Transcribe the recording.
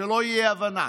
שלא תהיה אי-הבנה,